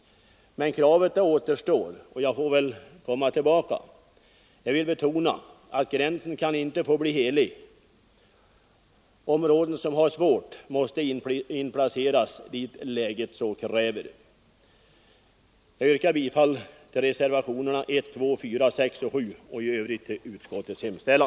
Men kravet kvarstår, och jag får väl komma tillbaka. Jag vill betona att gränsen inte kan få bli helig. Områden som har svårigheter måste inplaceras där läget så kräver. Jag yrkar bifall till reservationerna 1, 2, 4, 6 och 7 och i övrigt bifall till vad utskottet hemställt.